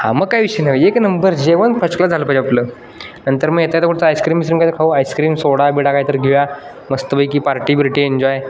हा मग काय विषय नाही एक नंबर जेवण फर्स्ट क्लास झालं पाहिजे आपलं नंतर मी येता येता कुठं आयस्क्रीम विसक्रीम काय खाऊ आईस्क्रीम सोडा बिडा काय तर घेऊया मस्तपैकी पार्टी बिर्टी एन्जॉय